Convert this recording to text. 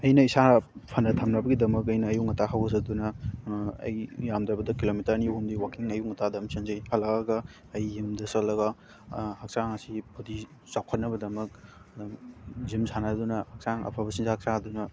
ꯑꯩꯅ ꯏꯁꯥ ꯐꯅ ꯊꯝꯅꯕꯒꯤꯗꯃꯛ ꯑꯩꯅ ꯑꯌꯨꯛ ꯉꯟꯇꯥ ꯍꯧꯒꯠꯆꯗꯨꯅ ꯑꯩꯒꯤ ꯌꯥꯝꯗ꯭ꯔꯕꯗ ꯀꯤꯂꯣꯃꯤꯇꯔ ꯑꯅꯤ ꯑꯍꯨꯝꯗꯤ ꯋꯥꯛꯀꯤꯡ ꯑꯌꯨꯛ ꯉꯟꯇꯥꯗ ꯑꯗꯨꯝ ꯆꯦꯟꯖꯩ ꯍꯜꯂꯛꯑꯒ ꯑꯩ ꯌꯨꯝꯗ ꯆꯠꯂꯒ ꯍꯛꯆꯥꯡ ꯑꯁꯤ ꯕꯣꯗꯤ ꯆꯥꯎꯈꯠꯅꯕꯩꯗꯃꯛ ꯑꯗꯨꯝ ꯖꯤꯝ ꯁꯥꯟꯅꯗꯨꯅ ꯍꯛꯆꯥꯡ ꯑꯐꯕ ꯆꯤꯟꯖꯥꯛ ꯆꯥꯗꯨꯅ